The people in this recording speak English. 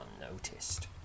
unnoticed